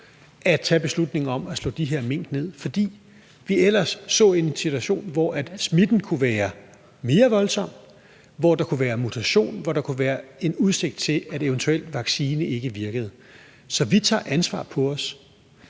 at tage beslutningen om at slå de her mink ned, fordi vi ellers så ind i en situation, hvor smitten kunne være mere voldsom, hvor der kunne være mutation, og hvor der kunne være en udsigt til, at en eventuel vaccine ikke virkede. Så vi tager ansvaret på os.